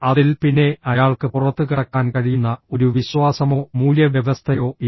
അതിൽ പിന്നെ അയാൾക്ക് പുറത്തുകടക്കാൻ കഴിയുന്ന ഒരു വിശ്വാസമോ മൂല്യവ്യവസ്ഥയോ ഇല്ല